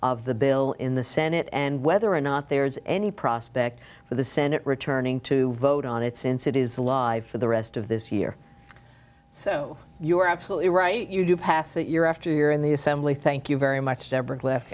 of the bill in the senate and whether or not there's any prospect for the senate returning to vote on it since it is alive for the rest of this year so you are absolutely right you do pass it year after year in the assembly thank you very much debra left